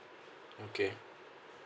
okay